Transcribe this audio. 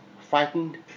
frightened